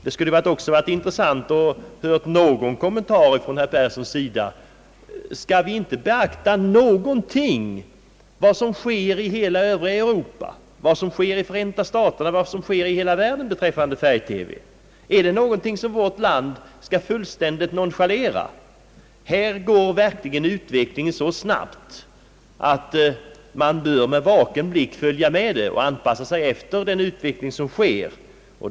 Det skulle också ha varit intressant att få höra någon kommentar från herr Persson till problemet, huruvida vi inte skall beakta något av vad som sker i hela Europa, i Förenta staterna och f. ö. i hela världen beträffande färg TV. Är utvecklingen i andra länder någonting som vårt land fullständigt skall nonchalera? Utvecklingen går verkligen så snabbt på detta område, att man med vaken blick bör följa med och anpassa sig efter den utveckling som sker.